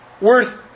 worth